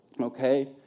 Okay